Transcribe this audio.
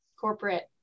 Corporate